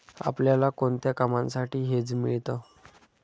आपल्याला कोणत्या कामांसाठी हेज मिळतं?